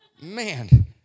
Man